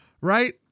right